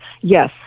Yes